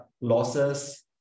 losses